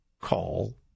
call